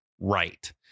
right